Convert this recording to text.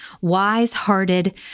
wise-hearted